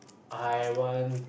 I want